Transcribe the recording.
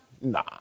Nah